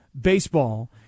baseball